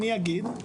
אני אגיד.